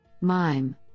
MIME